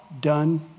done